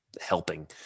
helping